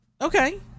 Okay